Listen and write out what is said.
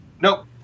Nope